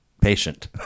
patient